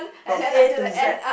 from A to Z